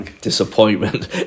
Disappointment